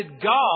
God